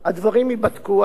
הדברים ייבדקו,